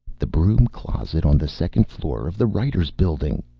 the broom-closet on the second floor of the writers' building,